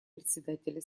председателя